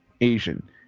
Asian